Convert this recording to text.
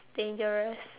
dangerous